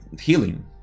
healing